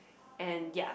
and ya